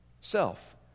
self